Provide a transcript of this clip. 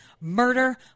murder